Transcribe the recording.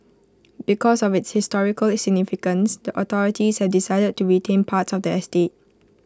because of its historical significance the authorities have decided to retain parts of the estate